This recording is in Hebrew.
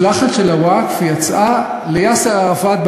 משלחת של הווקף יצאה ליאסר ערפאת,